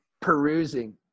perusing